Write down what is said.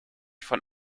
von